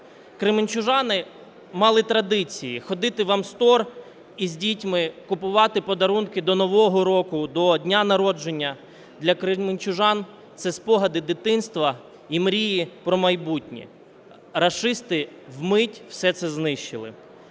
Кременчужани мали традиції ходити в Амстор із дітьми, купувати подарунки до Нового року, до дня народження, для кременчужан це спогади дитинства і мрії про майбутнє. Рашисти вмить все це знищили.